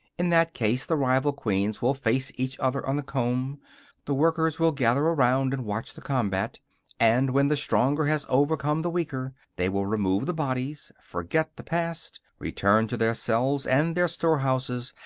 in that case, the rival queens will face each other on the comb the workers will gather around and watch the combat and, when the stronger has overcome the weaker, they will remove the bodies, forget the past, return to their cells and their storehouses,